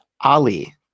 Ali